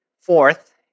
fourth